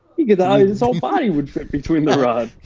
ah his his whole body would fit between the rods.